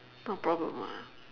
no problem ah